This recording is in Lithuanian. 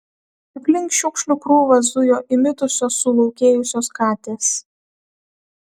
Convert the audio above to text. aplink šiukšlių krūvą zujo įmitusios sulaukėjusios katės